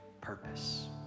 purpose